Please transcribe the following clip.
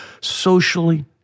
socially